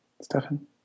Stefan